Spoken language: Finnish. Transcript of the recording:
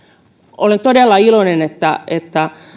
olen todella iloinen että että